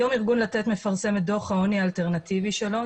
היום ארגון לתת מפרסם את דוח העוני האלטרנטיבי שלו.